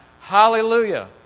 Hallelujah